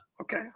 okay